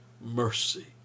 mercy